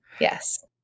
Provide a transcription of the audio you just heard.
Yes